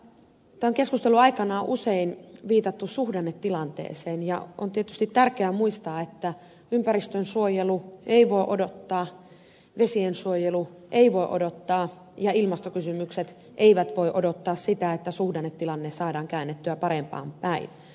tämän keskustelun aikana on usein viitattu suhdannetilanteeseen ja on tietysti tärkeää muistaa että ympäristönsuojelu ei voi odottaa vesiensuojelu ei voi odottaa ja ilmastokysymykset eivät voi odottaa sitä että suhdannetilanne saadaan käännettyä parempaan päin